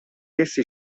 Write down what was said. essi